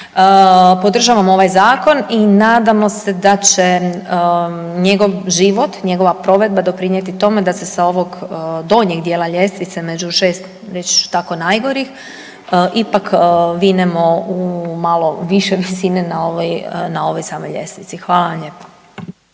Podržavamo ovaj zakon i nadamo se da će njegov život, njegova provedba doprinijeti tome da se sa ovog donjeg dijela ljestvice među šest … tako najgorih ipak vinemo u malo više visine na ovoj samoj ljestvici. Hvala vam lijepo.